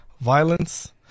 violence